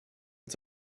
uns